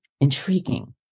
intriguing